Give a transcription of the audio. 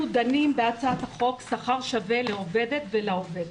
אנחנו דנים בהצעת חוק שכר שווה לעובדת ולעובד,